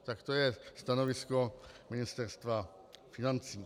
Tak to je stanovisko Ministerstva financí.